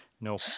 no